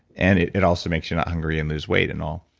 and it it also makes you not hungry and lose weight and all.